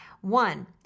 One